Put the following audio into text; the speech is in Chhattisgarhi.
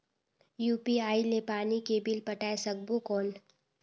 यू.पी.आई ले पानी के बिल पटाय सकबो कौन?